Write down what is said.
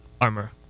armor